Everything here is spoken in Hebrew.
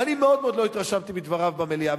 ואני מאוד לא התרשמתי מדבריו במליאה,